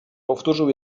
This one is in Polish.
powtórzył